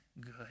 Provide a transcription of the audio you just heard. good